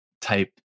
type